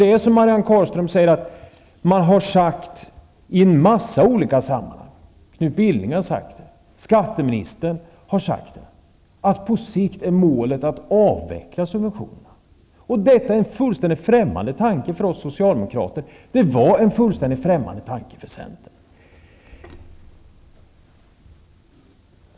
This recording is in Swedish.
Det är som Marianne Carlström sade, att man i en mängd olika sammanhang har sagt -- bl.a. Knut Billing och skatteministern -- att målet på sikt är att avveckla subventionerna. Detta är en fullständigt främmande tanke för oss socialdemokrater, och det var en fullständigt främmande tanke för centern.